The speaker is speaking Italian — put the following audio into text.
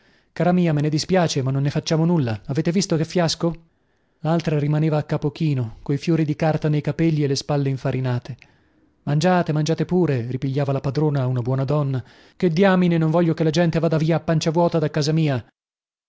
cara mia me ne dispiace ma non ne facciamo nulla avete visto che fiasco laltra rimaneva a capo chino coi fiori di carta nei capelli e le spalle infarinate mangiate mangiate pure ripigliava la padrona una buona donna che diamine non voglio che la gente vada via a pancia vuota da casa mia